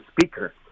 speaker